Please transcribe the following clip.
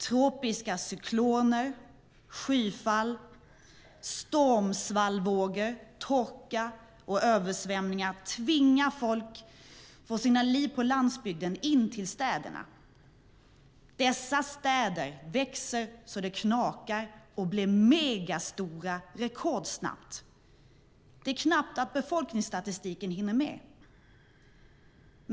Tropiska cykloner, skyfall, stormsvallvågor, torka och översvämningar tvingar folk från deras liv på landsbygden in till städerna. Dessa städer växer så det knakar och blir megastora rekordsnabbt. Det är knappt att befolkningsstatistiken hinner med.